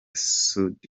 saudi